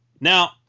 Now